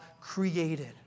created